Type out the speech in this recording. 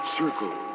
circle